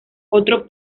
otro